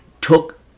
took